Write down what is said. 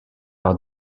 par